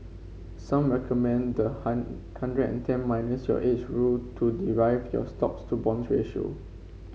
some recommend the hundred and ten minus your age rule to derive your stocks to bonds ratio